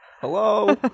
Hello